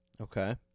Okay